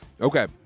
Okay